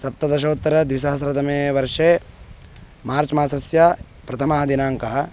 सप्तदशोत्तरद्विसहस्रतमे वर्षे मार्च् मासस्य प्रथमः दिनाङ्कः